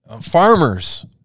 farmers